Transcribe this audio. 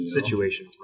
situation